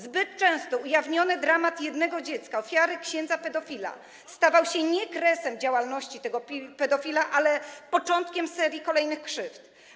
Zbyt często ujawniony dramat jednego dziecka, ofiary księdza pedofila, stawał się nie kresem działalności tego pedofila, ale początkiem serii kolejnych krzywd.